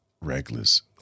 reckless